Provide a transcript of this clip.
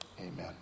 Amen